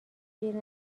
گیر